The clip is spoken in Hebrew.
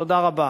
תודה רבה.